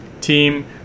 team